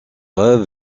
rêves